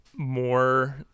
more